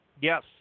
Yes